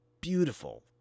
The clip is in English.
beautiful